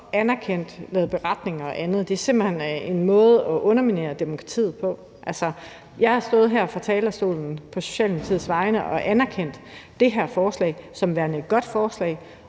og anerkendt noget og lavet beretninger og andet. Det her er simpelt hen en måde at underminere demokratiet på. Jeg har stået her på talerstolen på Socialdemokratiets vegne og anerkendt det her forslag som værende et godt forslag,